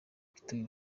gituro